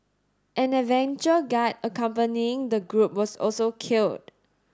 an adventure guide accompanying the group was also killed